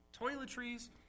toiletries